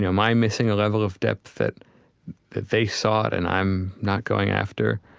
know, am i missing a level of depth that they sought and i'm not going after?